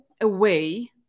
away